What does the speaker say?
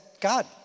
God